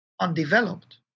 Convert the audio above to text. undeveloped